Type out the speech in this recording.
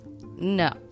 No